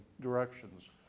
directions